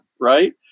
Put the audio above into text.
Right